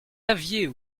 aviez